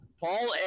paul